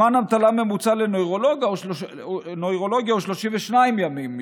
זמן המתנה ממוצע לנוירולוגיה הוא 32 ימים,